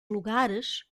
lugares